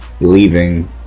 leaving